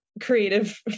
creative